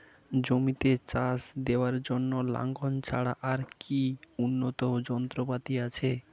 জমিতে চাষ দেওয়ার জন্য লাঙ্গল ছাড়া আর কি উন্নত যন্ত্রপাতি আছে?